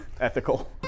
ethical